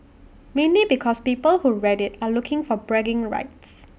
mainly because people who read IT are looking for bragging rights